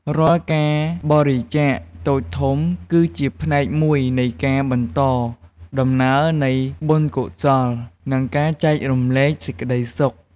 រាល់ការបរិច្ចាគតូចធំ គឺជាផ្នែកមួយនៃការបន្តដំណើរនៃបុណ្យកុសល និងការចែករំលែកសេចក្តីសុខ។